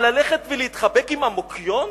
אבל ללכת ולהתחבק עם המוקיון?